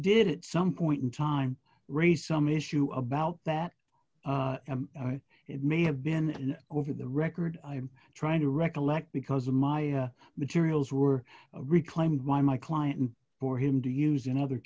did it some point in time raise some issue about that it may have been over the record i'm trying to recollect because of my materials were reclaim by my client and for him to use in other